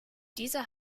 dieser